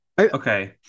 Okay